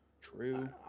True